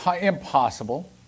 impossible